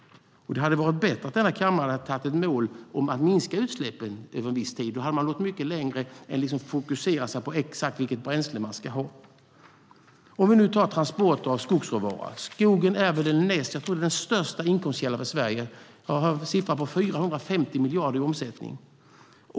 Det hade varit bättre om denna kammare satt upp ett mål om att minska utsläppen över en viss tid. Då hade vi nått mycket längre än att bara fokusera på exakt vilket bränsle vi ska ha. Låt oss se på transporter av skogsråvara. Jag tror att skogen är den största inkomstkällan i Sverige. Jag har hört siffran 450 miljarder i omsättning.